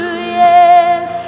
yes